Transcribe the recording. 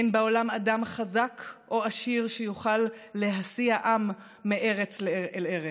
"אין בעולם אדם חזק או עשיר שיוכל להסיע עם מארץ אל ארץ.